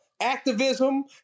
activism